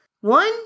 One